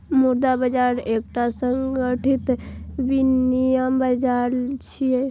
मुद्रा बाजार एकटा संगठित विनियम बाजार छियै